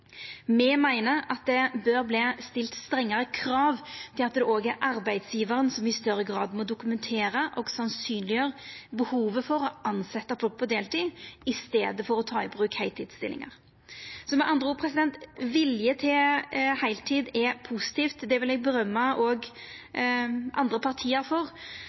Me meiner at det bør stillast krav til at arbeidsgjevaren i større grad må dokumentera og sannsynleggjera behovet for å tilsetja folk på deltid i staden for å ta i bruk heiltidsstillingar. Med andre ord: Viljen til heiltid er positivt, det vil eg rosa òg andre parti for. Men ein vert kjenneteikna ut frå kva for verkemiddel ein er villig til å bruka for